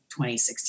2016